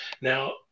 Now